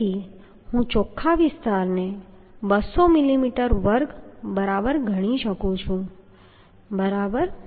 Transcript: તેથી હું ચોખ્ખા વિસ્તારને 200 મિલીમીટર વર્ગ ગણી શકું છું બરાબર